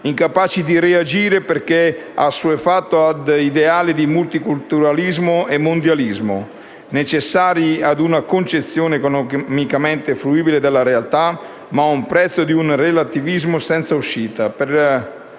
incapace di reagire perché assuefatto ad ideali di multiculturalismo e mondialismo necessari a una concezione economicamente fruibile della realtà, ma al prezzo di un relativismo senza uscita